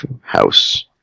House